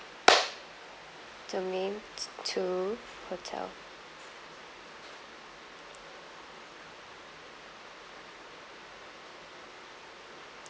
domain two hotel